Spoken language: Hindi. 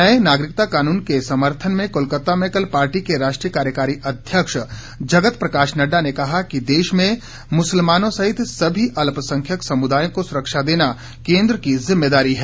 नए नागरिकता कानून के समर्थन में कोलकाता में कल पार्टी के राष्ट्रीय कार्यकारी अध्यक्ष जगत प्रकाश नड्डा ने कहा कि देश में मुसलमानों सहित सभी अल्पसंख्यक समुदायों को सुरक्षा देना केंद्र की जिम्मेदारी है